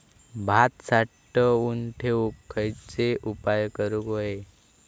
भात साठवून ठेवूक खयचे उपाय करूक व्हये?